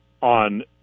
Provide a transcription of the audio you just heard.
on